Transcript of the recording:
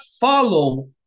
follow